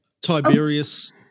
Tiberius